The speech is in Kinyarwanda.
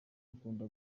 akunda